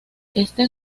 este